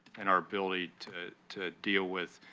and our ability to to deal with